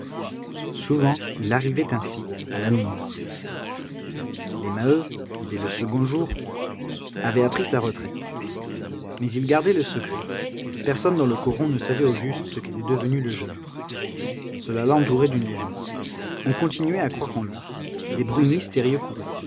souvent il arrivait ainsi à la nuit noire les maheu dès le second jour avaient appris sa retraite mais ils gardaient le secret personne dans le coron ne savait au juste ce qu'était devenu le jeune homme cela l'entourait d'une légende on continuait à croire en lui des bruits mystérieux